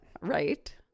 Right